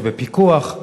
ובפיקוח,